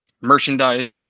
merchandise